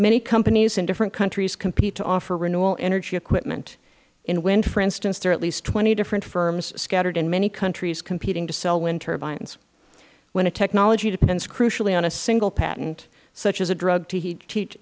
many companies in different countries compete to offer renewable energy equipment in wind for instance there are at least twenty different firms scattered in many countries competing to sell wind turbines when a technology depends crucially on a single patent such as a drug to